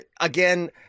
again